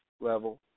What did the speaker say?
level